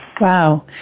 Wow